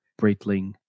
Breitling